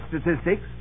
statistics